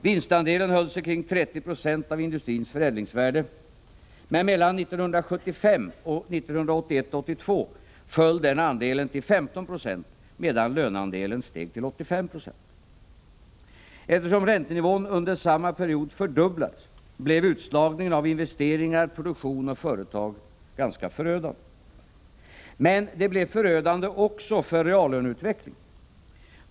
Vinstandelen höll sig kring 30 90 av industrins förädlingsvärde, men mellan 1975 och 1981/82 föll den andelen till 15 96, medan löneandelen steg till 85 20. Eftersom räntenivån under samma period fördubblades, blev utslagningen av investeringar, produktion och företag ganska förödande. Men det blev förödande också för reallöneutvecklingen.